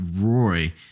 Roy